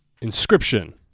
inscription